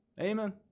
Amen